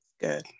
Good